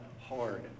hard